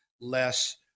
less